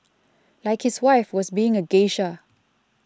like his wife was being a geisha